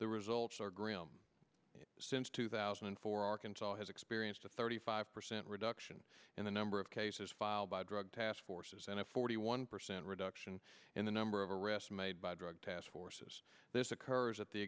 the results are grim since two thousand and four arkansas has experienced a thirty five percent reduction in the number of cases filed by drug task forces and a forty one percent reduction in the number of arrests made by drug task forces th